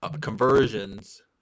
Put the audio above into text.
conversions